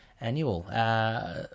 Annual